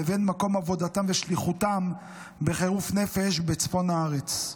לבין מקום עבודתם ושליחותם בחירוף נפש בצפון הארץ.